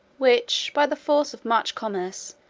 which, by the force of much commerce,